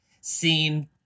seen